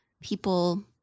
people